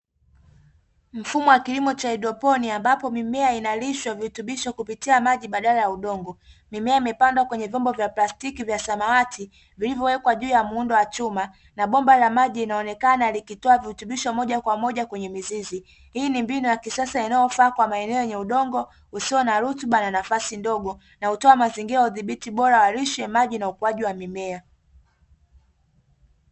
Mfumo wa kilimo cha hadroponi, ambapo mimea inalishwa virutubisho kupitia maji badala ya udongo, mimea imepandwa kwenye vyombo vya plastiki vya samawati vilivyowekwa juu ya muundo wa chuma na bomba la maji, inaonekana likitoa virutubisho moja kwa moja kwenye miziz. Hii ni mbinu ya kisasa inayofaa kwa maeneo yenye udongo usio na rutuba na nafasi ndogo, na hutoa mazingira ya udhibiti bora wa lishe, maji na ukuaji wa mimea.